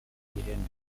y’ihene